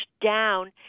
down